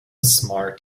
smart